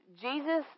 Jesus